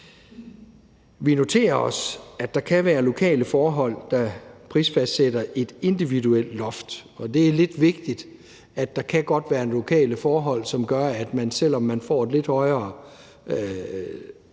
Vi noterer os, at der kan være lokale forhold, der prisfastsætter et individuelt loft. Det er lidt vigtigt. Der kan godt være lokale forhold, som gør, at man kan få en lidt højere